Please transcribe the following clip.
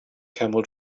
camel